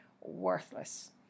Worthless